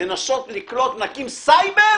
נקים סייבר